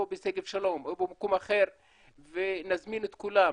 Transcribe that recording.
בשגב שלום או במקום אחר ונזמין את כולם,